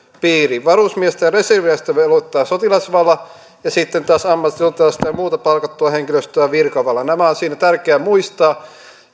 piiriin varusmiestä ja reserviläistä velvoittaa sotilasvala ja sitten taas ammattisotilasta ja muuta palkattua henkilöstöä virkavala nämä on siinä tärkeää muistaa